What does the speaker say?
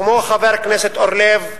כמו חבר הכנסת אורלב,